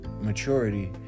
maturity